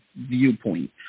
viewpoint